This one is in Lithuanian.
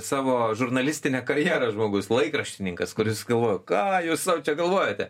savo žurnalistinę karjerą žmogus laikraštininkas kuris galvojo ką jūs sau čia galvojate